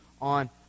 on